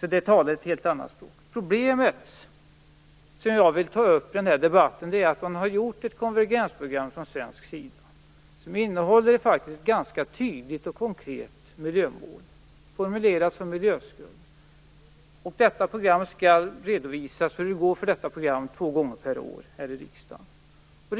Det talar alltså ett helt annat språk. Det problem som jag vill ta upp i den här debatten är att man har gjort ett konvergensprogram från svensk sida som innehåller ett ganska tydligt och konkret miljömål, formulerat som en miljöskuld. Det skall ske en redovisning här i riksdagen två gånger per år av hur det går för detta program.